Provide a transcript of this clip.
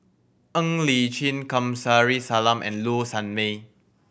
Ng Li Chin Kamsari Salam and Low Sanmay